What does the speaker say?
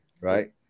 right